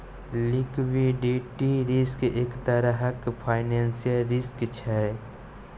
liquidity risk एक तरहक financial risk छै